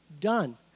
done